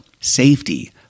safety